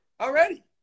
already